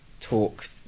talk